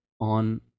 on